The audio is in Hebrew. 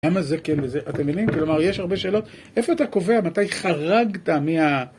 למה זה כן וזה... אתם מבינים? כלומר, יש הרבה שאלות. איפה אתה קובע? מתי חרגת מה...